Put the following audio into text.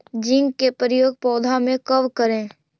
Zinc के प्रयोग पौधा मे कब करे?